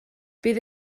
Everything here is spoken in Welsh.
bydd